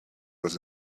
was